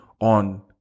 on